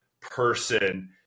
person